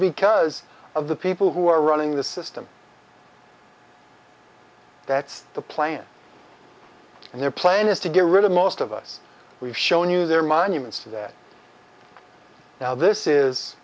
because of the people who are running the system that's the plan and their plan is to get rid of most of us we've shown you their monuments that now this is